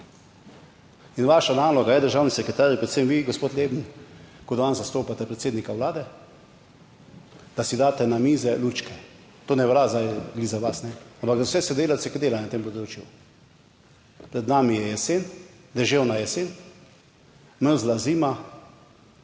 In vaša naloga je, državni sekretar, predvsem vi, gospod Leben, ko danes zastopate predsednika Vlade, da si daste na mize lučke, to ne velja glih za vas, ampak za vse sodelavce, ki delajo na tem področju. Pred nami je jesen, deževna jesen, mrzla zima